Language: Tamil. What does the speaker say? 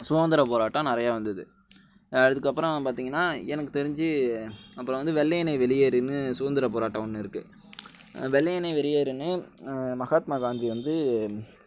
சுகந்திரப் போராட்டம் நிறையா வந்தது அதுக்கப்புறம் பார்த்தீங்கன்னா எனக்குத் தெரிஞ்சு அப்புறம் வந்து வெள்ளையனே வெளியேறுன்னு சுதந்திரப் போராட்டம் ஒன்று இருக்குது வெள்ளையனே வெளியேறுன்னு மகாத்மா காந்தி வந்து